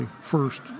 first